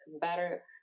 better